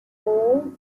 cold